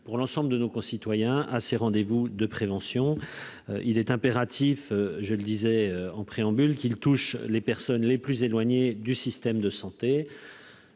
pour l'ensemble de nos concitoyens à ses rendez-vous de prévention, il est impératif, je le disais en préambule qu'il touche les personnes les plus éloignées du système de santé.